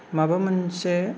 माबा मोनसे